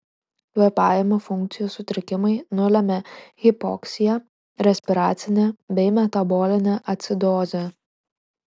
kvėpavimo funkcijos sutrikimai nulemia hipoksiją respiracinę bei metabolinę acidozę